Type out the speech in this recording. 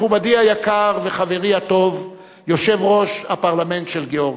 מכובדי היקר וחברי הטוב יושב-ראש הפרלמנט של גאורגיה,